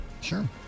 sure